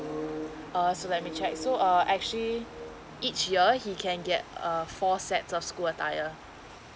uh so let me check so uh actually each year he can get err four sets of school attire